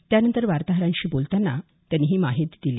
त्यानंतर वार्ताहरांशी बोलतांना त्यांनी ही माहिती दिली